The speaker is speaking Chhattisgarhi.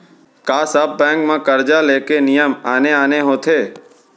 का सब बैंक म करजा ले के नियम आने आने होथे?